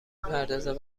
پردازد